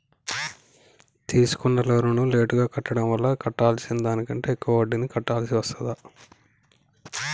తీసుకున్న లోనును లేటుగా కట్టడం వల్ల కట్టాల్సిన దానికంటే ఎక్కువ వడ్డీని కట్టాల్సి వస్తదా?